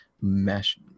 mesh